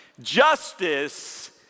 Justice